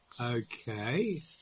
Okay